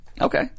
Okay